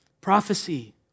Prophecy